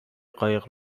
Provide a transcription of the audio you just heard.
قایق